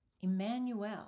Emmanuel